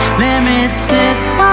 limited